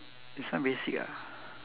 this one basic ah